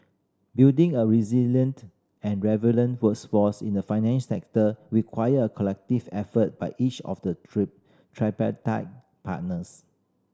building a resilient and workforce in the financial sector require a collective effort by each of the tripartite partners